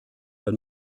del